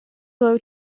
low